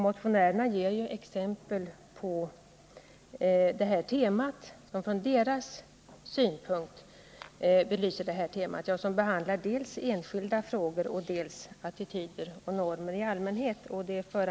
Motionärerna ger exempel som från deras synpunkt belyser det här temat och som tar upp dels enskilda frågor, dels attityder och normer i allmänhet.